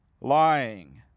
lying